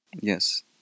Yes